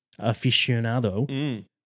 aficionado